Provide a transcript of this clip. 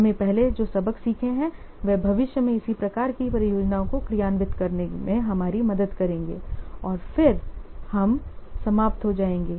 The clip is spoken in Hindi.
हमने पहले जो सबक सीखे हैं वे भविष्य में इसी प्रकार की परियोजनाओं को क्रियान्वित करने में हमारी मदद करेंगे और फिर हम समाप्त हो जाएंगे